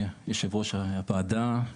יושב-ראש הוועדה,